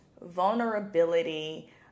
Vulnerability